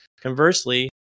Conversely